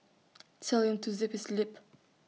tell him to zip his lip